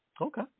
Okay